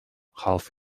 half